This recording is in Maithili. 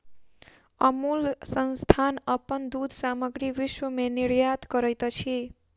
अमूल संस्थान अपन दूध सामग्री विश्व में निर्यात करैत अछि